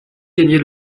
gagnait